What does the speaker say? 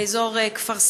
באזור כפר סבא,